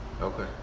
Okay